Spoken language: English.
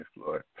Lord